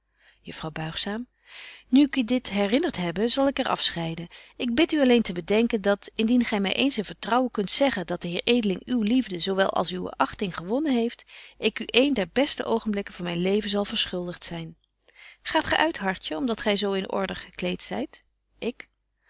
juffrouw buigzaam nu ik u dit herinnert hebbe zal ik er afscheiden ik bid u alleen te bedenken dat indien gy my eens in vertrouwen kunt zeggen dat de heer edeling uwe liefde zo wel als uwe achting gewonnen heeft ik u een der beste oogenblikken van myn leven zal verschuldigt zyn gaat gy uit hartje om dat gy zo in order gekleet zyt